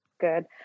Good